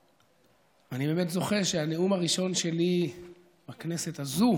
באמת זוכה שהנאום הראשון שלי בכנסת הזאת